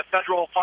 Federal